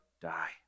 die